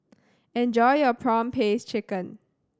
enjoy your prawn paste chicken